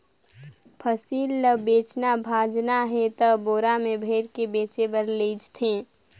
फसिल ल बेचना भाजना हे त बोरा में भइर के बेचें बर लेइज थें